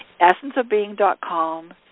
Essenceofbeing.com